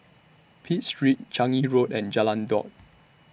Pitt Street Changi Road and Jalan Daud